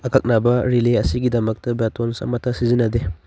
ꯑꯀꯛꯅꯕ ꯔꯤꯂꯦ ꯑꯁꯤꯒꯤꯗꯃꯛꯇ ꯕꯦꯇꯣꯟꯁ ꯑꯃꯇ ꯁꯤꯖꯤꯟꯅꯗꯦ